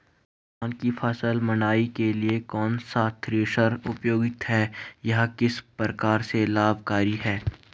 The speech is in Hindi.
धान की फसल मड़ाई के लिए कौन सा थ्रेशर उपयुक्त है यह किस प्रकार से लाभकारी है?